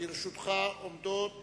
לרשותך עומדות